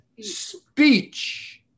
Speech